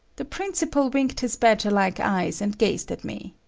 the principal winked his badger-like eyes and gazed at me.